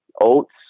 oats